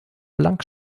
blank